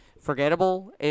forgettable